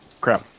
Crap